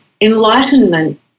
enlightenment